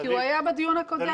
כי הוא היה בדיון הקודם,